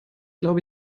glaube